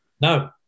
No